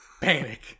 Panic